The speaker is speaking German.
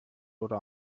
oder